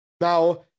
Now